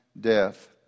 death